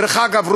דרך אגב,